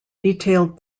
detailed